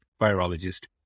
Virologist